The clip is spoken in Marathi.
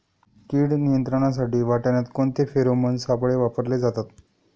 कीड नियंत्रणासाठी वाटाण्यात कोणते फेरोमोन सापळे वापरले जातात?